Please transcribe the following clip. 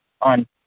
on